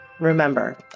Remember